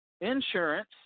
insurance